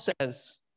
says